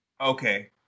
Okay